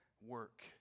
work